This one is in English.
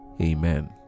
Amen